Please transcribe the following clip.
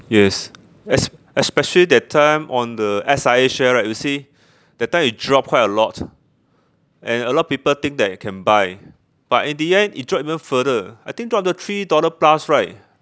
yes es~ especially that time on the S_I_A share right you see that time it dropped quite a lot and a lot of people think that you can buy but in the end it dropped even further I think dropped until three dollar plus right